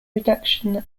reduction